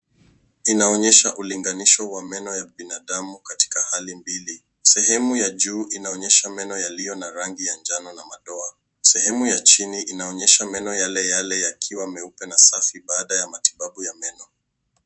Inaonyesha ulinganisho wa meno ya binadamu katika hali mbili, sehemu ya juu inaonyesha meno iliyo na rangi ya manjano na madoa, sehemu ya chini inaonyesha meno yale yale yakiwa meupe na safi baada ya matibabu ya meno.